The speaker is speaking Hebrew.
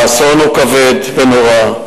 האסון הוא כבד ונורא,